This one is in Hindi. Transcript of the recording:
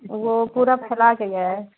वो पूरा फैला के गया है